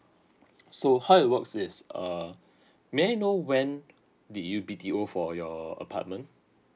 so how it works is err may I know when did you B_T_O for your apartment